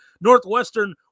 Northwestern